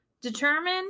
determine